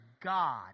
God